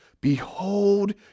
Behold